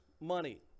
money